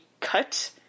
cut